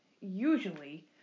usually